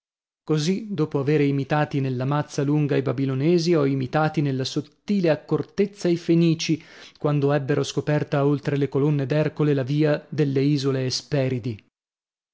così dopo avere imitati nella mazza lunga i babilonesi ho imitati nella sottile accortezza i fenicii quando ebbero scoperta oltre le colonne d'ercole la via delle isole esperidi